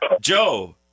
Joe